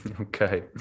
Okay